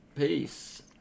Peace